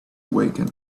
awaken